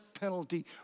penalty